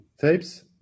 tapes